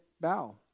bow